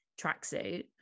tracksuit